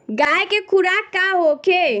गाय के खुराक का होखे?